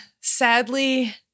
sadly